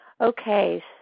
Okay